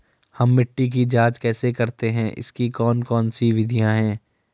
हम मिट्टी की जांच कैसे करते हैं इसकी कौन कौन सी विधियाँ है?